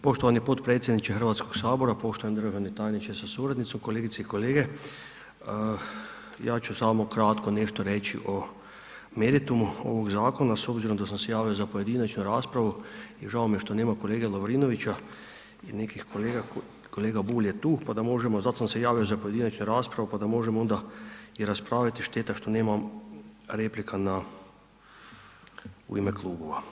Poštovani potpredsjedniče HS, poštovani državni tajniče sa suradnicom, kolegice i kolege, ja ću samo kratko nešto reći o meritumu ovog zakona s obzirom da sam se javio za pojedinačnu raspravu i žao mi je što nema kolege Lovrinovića i nekih kolega, kolega Bulj je tu, pa da možemo, zato sam se javio za pojedinačnu raspravu, pa da možemo onda i raspraviti, šteta što nema replika u ime klubova.